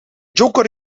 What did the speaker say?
joker